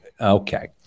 Okay